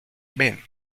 ven